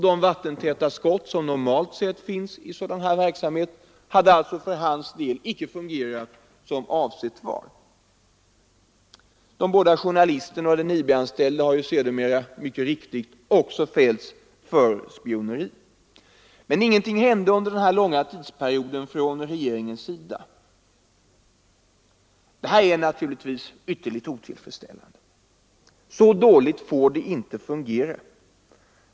De vattentäta skott som normalt finns i sådan här verksamhet hade för hans del inte fungerat som avsett var. De båda journalisterna och den IB-anställde har sedermera fällts för spioneri. Men ingenting hände under den här långa tidsperioden inom regeringen. Detta är naturligtvis ytterligt otillfredsställande. Så dåligt får det inte fungera.